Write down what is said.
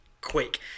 quick